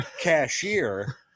cashier